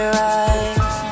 right